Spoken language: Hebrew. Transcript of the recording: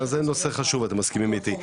אז אתם מסכימים איתי.